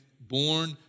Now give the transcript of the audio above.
born